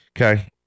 Okay